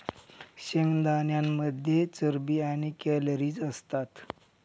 शेंगदाण्यांमध्ये चरबी आणि कॅलरीज असतात